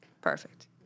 Perfect